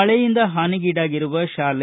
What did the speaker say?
ಮಳೆಯಿಂದ ಹಾನಿಗೀಡಾಗಿರುವ ಶಾಲೆ